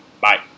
Bye